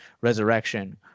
resurrection